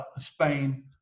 Spain